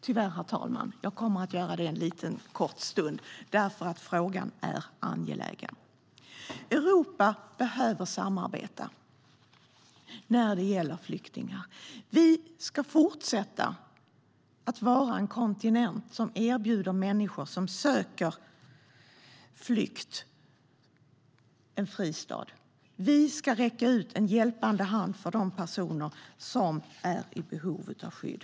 Tyvärr, herr talman, kommer jag att överskrida tiden en kort stund därför att frågan är angelägen. Europa behöver samarbeta när det gäller flyktingar. Europa ska fortsätta att vara en kontinent som erbjuder människor som flyr en fristad. Vi ska räcka ut en hjälpande hand för de personer som är i behov av skydd.